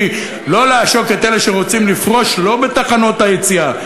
לא לעשוק את אלה שרוצים לפרוש לא בתחנות היציאה,